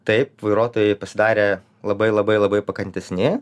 taip vairuotojai pasidarė labai labai labai pakantesni